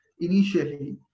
initially